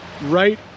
right